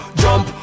jump